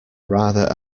rather